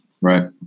right